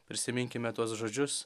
prisiminkime tuos žodžius